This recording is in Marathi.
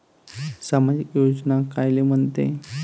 सामाजिक योजना कायले म्हंते?